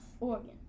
Oregon